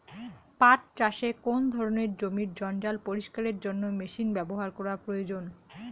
পাট চাষে কোন ধরনের জমির জঞ্জাল পরিষ্কারের জন্য মেশিন ব্যবহার করা প্রয়োজন?